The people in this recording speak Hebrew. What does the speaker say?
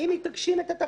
תגשים את התכלית,